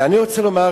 אני רוצה לומר